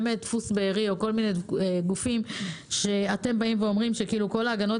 דפוס "בארי" או כל מיני גופים שאתם באים ואומרים שכל ההגנות